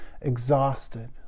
exhausted